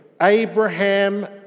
Abraham